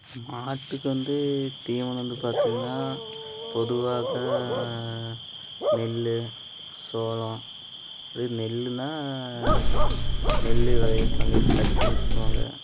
மாட்டுக்கு வந்து தீவனம் வந்து பார்த்தீங்கன்னா பொதுவாக நெல் சோளம் அதே நெல்லுன்னால் நெல் விளைவிப்பாங்க இது தட்டுன்னு சொல்லுவாங்க